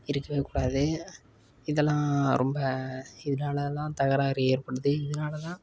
இருக்கவே கூடாது இதெல்லாம் ரொம்ப இதனாலலாம் தகராறு ஏற்படுது இதனாலலாம்